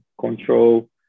control